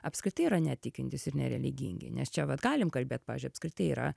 apskritai yra netikintys ir nereligingi nes čia vat galim kalbėt pavyzdžiui apskritai yra